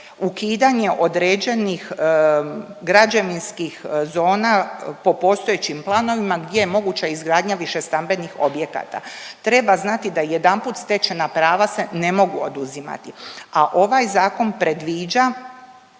ukidanje određenih građevinskih zona po postojećim planovima gdje je moguća izgradnja višestambenih objekata. Treba znati da jedanput stečena prava se ne mogu oduzimati, a ovaj Zakon predviđa